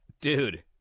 Dude